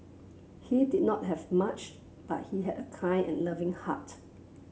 he did not have much but he had a kind and loving heart